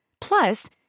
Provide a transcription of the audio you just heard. Plus